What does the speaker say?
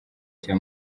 cya